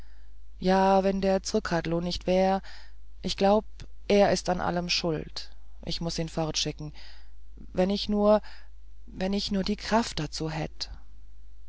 ja wenn der zrcadlo nicht wär ich glaub er ist an allem schuld ich muß ihn fortschicken wenn ich nur wenn ich nur die kraft dazu hätt